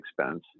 expense